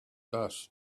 dust